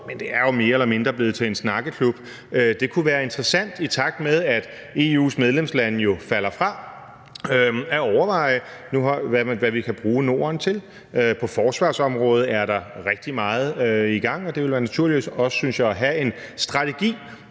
men det er jo mere eller mindre blevet til en snakkeklub. Det kunne være interessant at overveje, i takt med at EU's medlemslande jo falder fra, hvad vi kan bruge Norden til. På forsvarsområdet er der rigtig meget i gang, og det vil være naturligt, synes jeg, også at have en strategi,